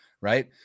right